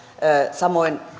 samoin